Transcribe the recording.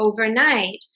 overnight